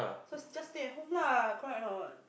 so just stay at home lah correct or not